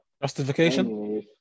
Justification